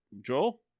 Joel